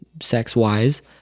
sex-wise